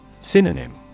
Synonym